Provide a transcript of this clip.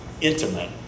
intimate